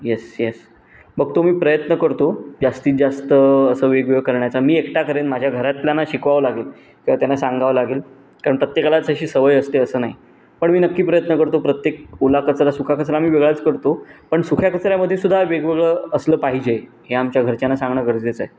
yes yes बघतो मी प्रयत्न करतो जास्तीत जास्त असं वेगवेगळं करण्याचा मी एकटा करेन माझ्या घरातल्याना शिकवावं लागेल किंवा त्यांना सांगावं लागेल कारण प्रत्येकालाच अशी सवय असते असं नाही पण मी नक्की प्रयत्न करतो प्रत्येक ओला कचरा सुका कचरा मी वेगळाच करतो पण सुक्या कचऱ्यामध्ये सुद्धा वेगवेगळं असलं पाहिजे हे आमच्या घरच्यांना सांगणं गरजेचं आहे